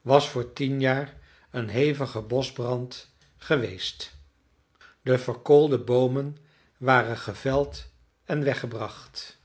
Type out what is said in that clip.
was voor tien jaar een hevige boschbrand geweest de verkoolde boomen waren geveld en weggebracht